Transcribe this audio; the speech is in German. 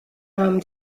haben